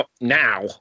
Now